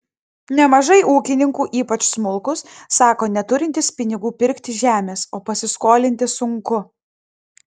nemažai ūkininkų ypač smulkūs sako neturintys pinigų pirkti žemės o pasiskolinti sunku